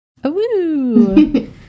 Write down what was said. Awoo